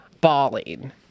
bawling